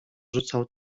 rzucał